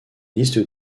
liste